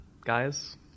Guys